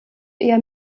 eher